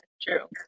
true